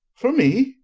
for me?